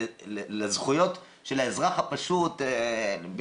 אתה יכול להעסיק, בסוף --- את המשק.